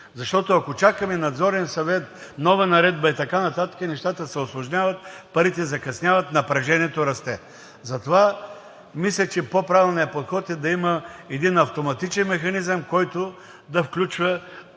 Защото, ако чакаме Надзорен съвет, нова наредба и така нататък, нещата се усложняват, парите закъсняват, напрежението расте. Затова мисля, че по-правилният подход е да има един автоматичен механизъм, който да включва